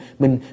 mình